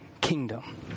kingdom